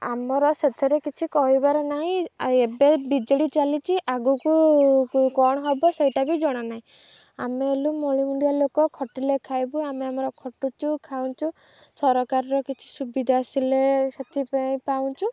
ଆମର ସେଥିରେ କିଛି କହିବାର ନାହିଁ ଏବେ ବି ଜେ ଡ଼ି ଚାଲିଛି ଆଗକୁ କ'ଣ ହବ ସେଇଟା ବି ଜଣାନାହିଁ ଆମେ ହେଲୁ ମଳିମଣ୍ଡିଆ ଲୋକ ଖଟିଲେ ଖାଇବୁ ଆମେ ଆମର ଖଟୁଛି ଖାଉଛୁ ସରକାରର କିଛି ସୁବିଧା ଆସିଲେ ସେଥିପାଇଁ ପାଉଛୁ